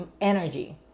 energy